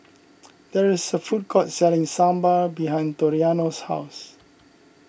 there is a food court selling Sambar behind Toriano's house